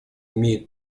имеет